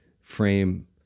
frame